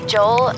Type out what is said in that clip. Joel